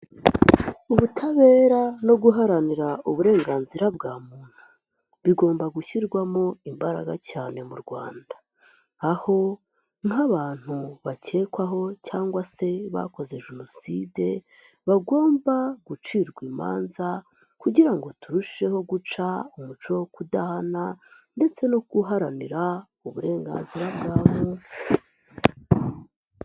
Ubutabera no guharanira uburenganzira bwa muntu bigomba gushyirwamo imbaraga cyane mu Rwanda. Aho nk'abantu bakekwaho cyangwa se bakoze jenoside bagomba gucirwa imanza kugira ngo turusheho guca umuco wo kudahana ndetse no guharanira uburenganzira bwa muntu.